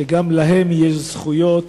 שגם להם יש זכויות